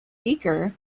beaker